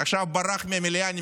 ברח עכשיו מהמליאה.